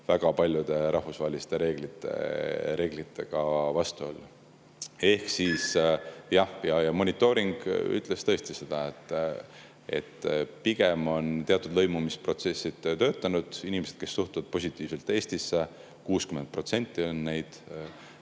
väga paljude rahvusvaheliste reeglitega vastuollu. Ja monitooring näitas tõesti seda, et pigem on teatud lõimumisprotsessid töötanud. Inimesi, kes suhtuvad positiivselt Eestisse, on 60%.